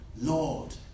Lord